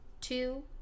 two